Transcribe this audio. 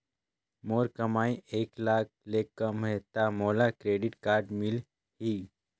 मोर कमाई एक लाख ले कम है ता मोला क्रेडिट कारड मिल ही?